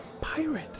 pirate